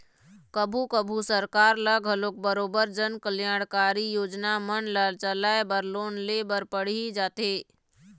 कभू कभू सरकार ल घलोक बरोबर जनकल्यानकारी योजना मन ल चलाय बर लोन ले बर पड़ही जाथे